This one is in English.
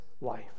life